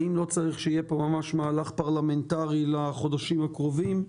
האם לא צריך שיהיה פה ממש מהלך פרלמנטרי לחודשים הקרובים,